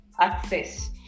Access